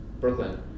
Brooklyn